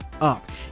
up